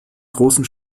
großen